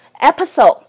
episode